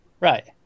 Right